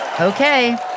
Okay